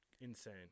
Insane